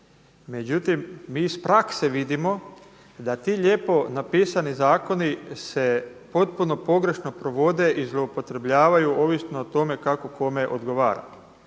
Međutim, mi iz prakse vidimo da ti lijepo napisani zakoni se potpuno pogrešno provode i zloupotrebljavaju ovisno o tome kako kome odgovara.